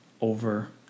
over